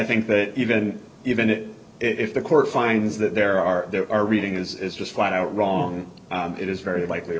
think that even even if the court finds that there are there are reading is just flat out wrong it is very likely